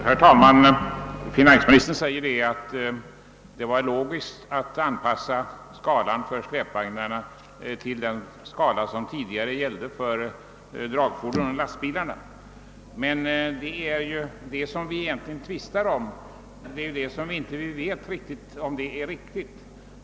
Herr talman! Finansministern menar att det var logiskt att anpassa skalan för släpvagnarna till den skala som tidigare gällde för dragfordon och lastbilar. Men det är ju det som vi tvistar om; vi vet egentligen inte om det är riktigt.